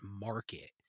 market